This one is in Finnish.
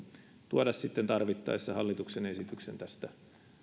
tuoda sitten tarvittaessa hallituksen esityksen tästä